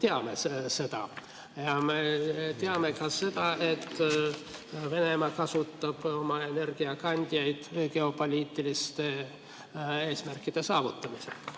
teame seda. Me teame ka seda, et Venemaa kasutab oma energiakandjaid geopoliitiliste eesmärkide saavutamiseks.